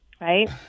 Right